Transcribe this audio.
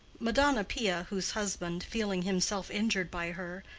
madonna pia, whose husband, feeling himself injured by her,